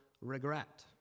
regret